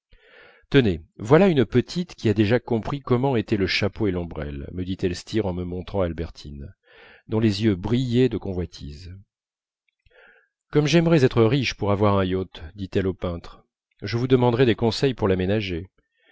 tenez voilà une petite qui a déjà compris comment étaient le chapeau et l'ombrelle me dit elstir en me montrant albertine dont les yeux brillaient de convoitise comme j'aimerais être riche pour avoir un yacht dit-elle au peintre je vous demanderais des conseils pour l'aménager